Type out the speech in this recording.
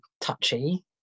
touchy